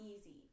easy